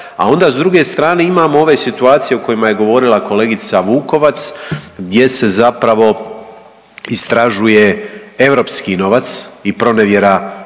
A onda s druge strane imamo ove situacije o kojima je govorila kolegica Vukovac gdje se zapravo istražuje europski novac i pronevjera